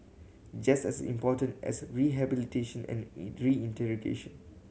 just as important as rehabilitation and reintegration